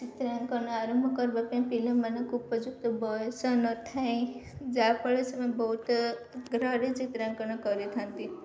ଚିତ୍ରାଙ୍କନ ଆରମ୍ଭ କରିବା ପାଇଁ ପିଲାମାନଙ୍କୁ ଉପଯୁକ୍ତ ବୟସ ନ ଥାଏ ଯାହାଫଳରେ ସେମାନେ ବହୁତ ଆଗ୍ରହରେ ଚିତ୍ରାଙ୍କନ କରିଥାନ୍ତି